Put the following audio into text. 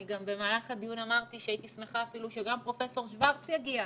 אני גם במהלך הדיון אמרתי שהייתי שמחה אפילו שגם פרופ' שוורץ יגיע,